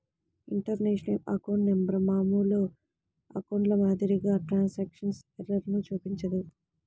international account number మామూలు అకౌంట్ల మాదిరిగా ట్రాన్స్క్రిప్షన్ ఎర్రర్లను చూపించదు